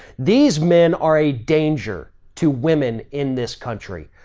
these men are a danger to women in this country.